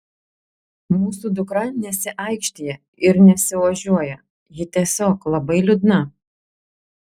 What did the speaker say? mūsų dukra nesiaikštija ir nesiožiuoja ji tiesiog labai liūdna